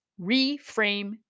reframe